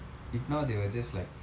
if not they will just like